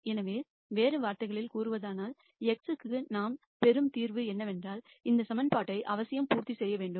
எனவே வேறு வார்த்தைகளில் கூறுவதானால் x க்கு நாம் பெறும் தீர்வு என்னவென்றால் இந்த ஈகிவேஷன் அவசியம் பூர்த்தி செய்ய வேண்டும்